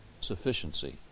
sufficiency